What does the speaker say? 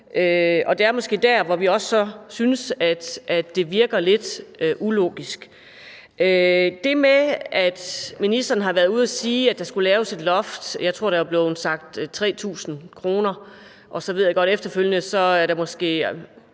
Det er måske der, hvor vi så også synes, at det virker lidt ulogisk. Ministeren har været ude at sige, at der skulle laves et loft. Jeg tror, at der er blevet sagt 3.000 kr., og så ved jeg godt, at der efterfølgende måske